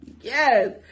Yes